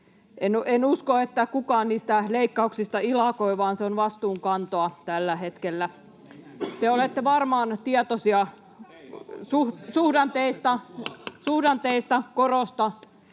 En usko, että kukaan niistä leikkauksista ilakoi, vaan se on vastuunkantoa tällä hetkellä. Te olette varmaan tietoisia [Välihuutoja keskustan